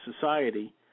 society